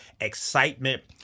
excitement